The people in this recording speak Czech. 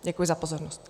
Děkuji za pozornost.